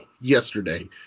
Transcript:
yesterday